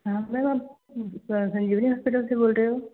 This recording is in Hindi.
हाँ मैम आप संजीवनी हॉस्पिटल से बोल रहे हो